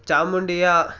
ಚಾಮುಂಡಿಯ